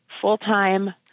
full-time